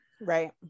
right